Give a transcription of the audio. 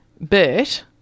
Bert